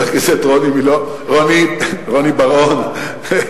חבר הכנסת רוני בר-און, סליחה.